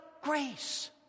grace